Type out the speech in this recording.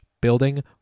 building